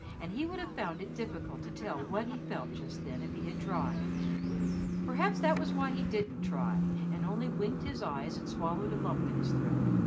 and he would have found it difficult to tell what he felt just then if he had tried perhaps that was why he didn't try, and only winked his eyes and swallowed a lump in his throat.